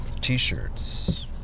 T-shirts